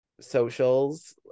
socials